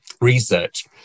research